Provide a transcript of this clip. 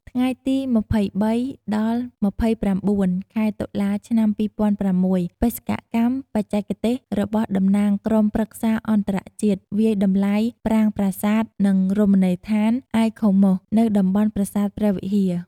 ថ្ងៃទី២៣ ដល់២៩ ខែតុលា ឆ្នាំ២០០៦ បេសកកម្មបច្ចេកទេសរបស់តំណាងក្រុមព្រឹក្សាអន្តរជាតិវាយតម្លៃប្រាង្គប្រាសាទ និងរមណីយដ្ឋាន ICOMOS នៅតំបន់ប្រាសាទព្រះវិហារ។